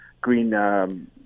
green